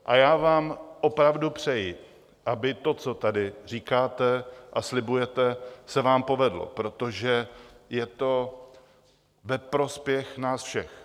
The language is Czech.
A já vám opravdu přeji, aby to, co tady říkáte a slibujete, se vám povedlo, protože je to ve prospěch nás všech.